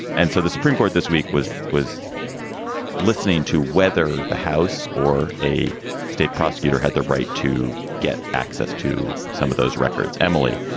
and so the supreme court this week was was listening to whether the house or a state prosecutor had the right to get access to some of those records. emily,